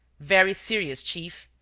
very serious, chief.